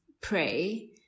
pray